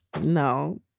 No